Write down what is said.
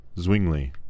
Zwingli